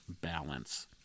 balance